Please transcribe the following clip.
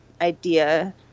idea